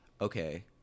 okay